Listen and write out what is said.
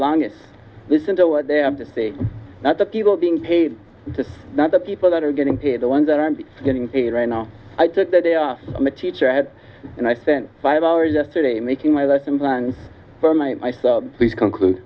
longest listen to what they have to say that the people being paid to not the people that are getting paid the ones that aren't getting paid right now i took the day off i'm a teacher i had and i sent five hours yesterday making my lesson plan for my life so please conclude